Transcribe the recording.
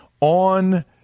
on